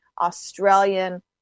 australian